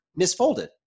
misfolded